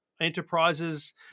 enterprises